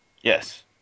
Yes